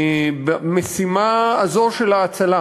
במשימה הזאת של ההצלה.